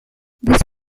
this